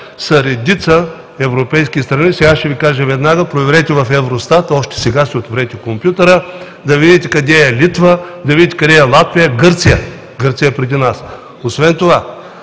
са редица европейски страни. Сега ще Ви кажа веднага: проверете в Евростат, още сега си отворете компютъра, да видите къде е Литва, да видите къде е Латвия, Гърция – Гърция е преди нас. Отворете